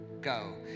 Go